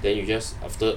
then you just after